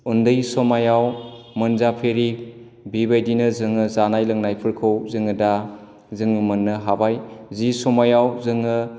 उन्दै समायाव मोनजाफेरि बेबायदिनो जोङो जानाय लोंनायफोरखौ जोङो दा जोङो मोननो हाबाय जि समायाव जोङो